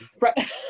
Right